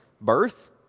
birth